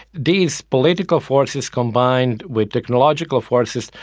these political forces, combined with technological forces,